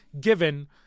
given